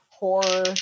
horror